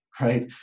right